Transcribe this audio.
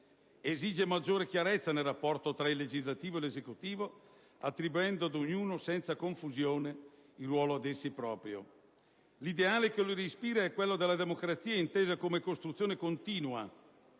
Esige maggiore chiarezza nel rapporto tra il legislativo e l'esecutivo attribuendo ad ognuno, senza confusione, il ruolo ad essi proprio. L'ideale che lo ispira è quello della democrazia intesa come costruzione continua,